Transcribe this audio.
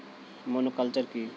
Monoculture কি?